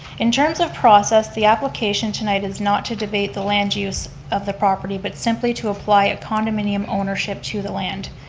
in terms of process, the application tonight is not to debate the land use of the property but simply to apply a condominium ownership to the land.